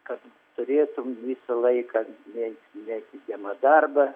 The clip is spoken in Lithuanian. kad turėtum visą laiką mėg mėgiamą darbą